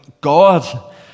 God